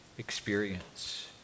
experience